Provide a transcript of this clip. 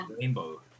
rainbow